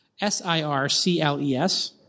S-I-R-C-L-E-S